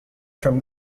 from